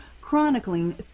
chronicling